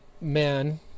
man